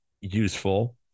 useful